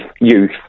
Youth